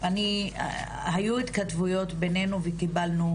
היו התכתבויות ביננו וקיבלנו